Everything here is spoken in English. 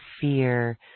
fear